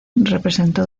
representó